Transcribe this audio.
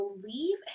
believe